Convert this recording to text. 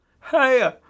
hey